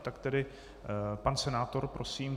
Tak tedy pan senátor, prosím.